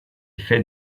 fait